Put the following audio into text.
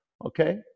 Okay